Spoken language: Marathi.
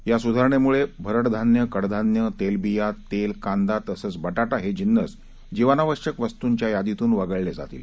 या सुधारणेमुळे भरड धान्य कडधान्य तेलबिया तेल कांदा तसंच बटाटा हे जिन्नस जीवनावश्यक वस्तूंच्या यादीतून वगळले जातील